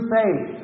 faith